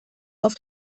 auf